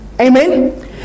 amen